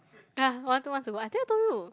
ya one two months ago I think I told you